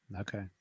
Okay